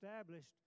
established